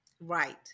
Right